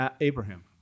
Abraham